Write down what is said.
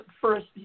first